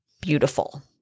Beautiful